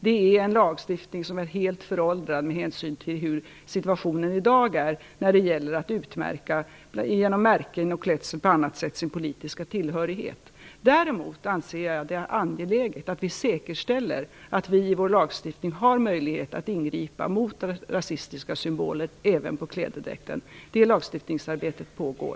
Det är en lagstiftning som är helt föråldrad med hänsyn till hur situationen är i dag när det gäller att genom märken o.dyl. markera sin politiska tillhörighet. Däremot anser jag det angeläget att vi säkerställer att vi i vår lagstiftning har möjlighet att ingripa mot rasistiska symboler även på klädedräkten. Det lagstiftningsarbetet pågår.